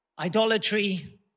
idolatry